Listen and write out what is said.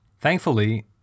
Thankfully